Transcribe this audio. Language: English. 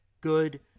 good